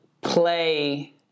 play